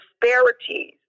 disparities